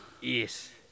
Yes